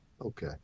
Okay